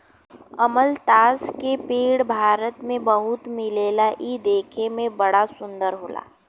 अमलतास के पेड़ भारत में बहुते मिलला इ देखे में बड़ा सुंदर होला